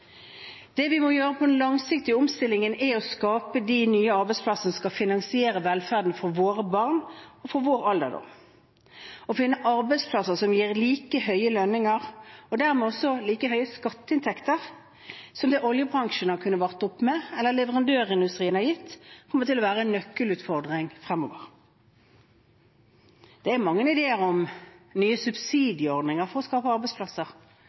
Det vi må gjøre i den langsiktige omstillingen, er å skape de nye arbeidsplassene som skal finansiere velferden for våre barn og for vår alderdom. Å finne arbeidsplasser som gir like høye lønninger – og dermed også like høye skatteinntekter – som det oljebransjen har kunnet varte opp med, eller leverandørindustrien har gitt, kommer til å være en nøkkelutfordring fremover. Det er mange ideer om nye subsidieordninger for å skape arbeidsplasser,